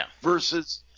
versus